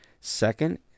second